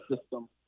system